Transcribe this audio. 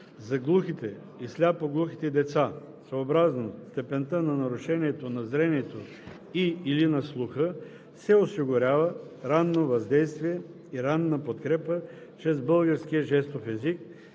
За глухите и сляпо-глухите деца съобразно степента на нарушението на зрението и/или на слуха се осигурява ранно въздействие и ранна подкрепа чрез българския жестов език